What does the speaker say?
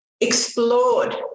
explored